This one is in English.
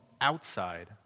outside